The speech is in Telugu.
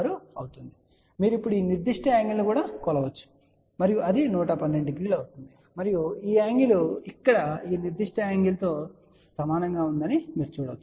56 అవుతుంది మరియు మీరు ఇప్పుడు ఈ నిర్దిష్ట యాంగిల్ ను కొలవవచ్చు మరియు అది 1120 అవుతుంది మరియు ఈ యాంగిల్ ఇక్కడ ఈ నిర్దిష్ట యాంగిల్ తో సమానంగా ఉందని మీరు చూడవచ్చు